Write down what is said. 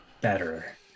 better